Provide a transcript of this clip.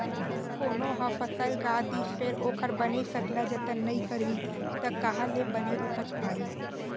कोनो ह फसल गा दिस फेर ओखर बने सकला जतन नइ करही त काँहा ले बने उपज पाही